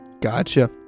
Gotcha